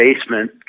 basement